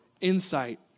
insight